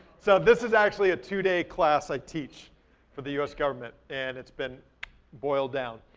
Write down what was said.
so, this is actually a two-day class i teach for the us government and it's been boiled down.